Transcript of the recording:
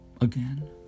again